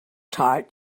tart